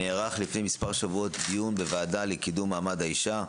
נערך לפני מספר שבועות דיון בוועדה לקידום מעמד האישה,